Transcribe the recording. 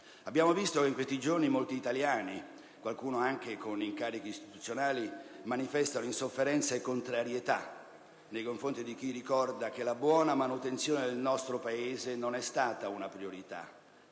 Abbiamo visto che in questi giorni molti italiani - qualcuno anche con incarichi istituzionali - manifestano insofferenza e contrarietà nei confronti di chi ricorda che la buona manutenzione del nostro Paese non è stata una priorità,